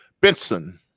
Benson